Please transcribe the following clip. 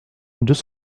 deux